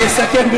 אז אני אסכם,